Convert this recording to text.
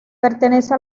pertenece